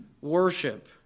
worship